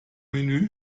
menü